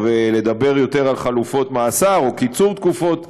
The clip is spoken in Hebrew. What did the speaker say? ולדבר יותר על חלופות מאסר או על קיצור תקופות מאסר,